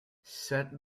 set